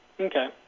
okay